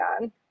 on